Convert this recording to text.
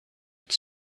with